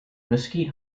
mesquite